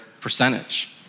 percentage